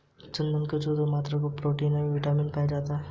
चुकंदर में प्रचूर मात्रा में प्रोटीन और बिटामिन पाया जाता ही